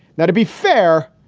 now, to be fair,